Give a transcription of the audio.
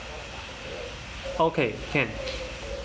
okay can